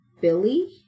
Billy